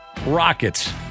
Rockets